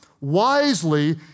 wisely